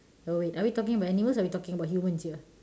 oh wait are we talking about animals or are we talking about humans here